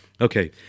Okay